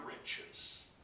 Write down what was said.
riches